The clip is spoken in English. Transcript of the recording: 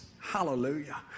Hallelujah